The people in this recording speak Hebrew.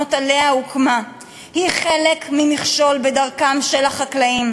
בעקרונות שעליהם הוקמה היא חלק ממכשול בדרכם של החקלאים,